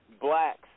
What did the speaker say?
blacks